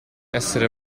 essere